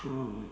orh